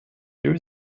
there